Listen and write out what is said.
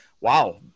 wow